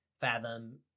fathom